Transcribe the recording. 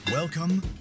Welcome